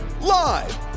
Live